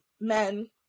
men